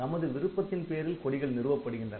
நமது விருப்பத்தின் பேரில் கொடிகள் நிறுவப்படுகின்றன